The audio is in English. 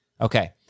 Okay